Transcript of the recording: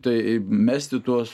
tai mesti tuos